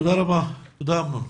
תודה, אמנון.